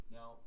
Now